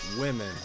Women